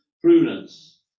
prudence